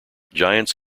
giants